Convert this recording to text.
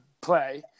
play